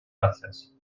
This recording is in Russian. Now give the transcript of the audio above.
процесс